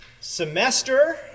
semester